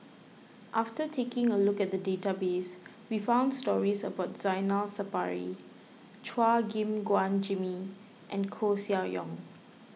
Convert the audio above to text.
after taking a look at the database we found stories about Zainal Sapari Chua Gim Guan Jimmy and Koeh Sia Yong